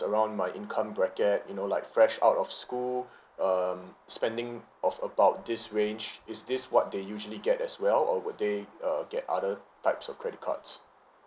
around my income bracket you know like fresh out of school um spending of about this range is this what they usually get as well or would they uh get other types of credit cards